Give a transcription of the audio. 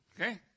Okay